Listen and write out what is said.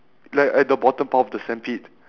like at the bottom part of the sandpit